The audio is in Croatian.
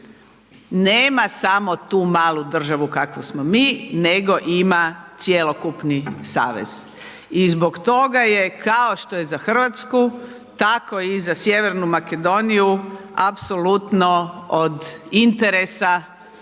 nema samo tu malu državu kakva smo mi, nego ima cjelokupni savez. I zbog toga je kao što je za Hrvatsku, tako i za Sjevernu Makedoniju, apsolutno od interesa